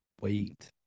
wait